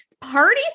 party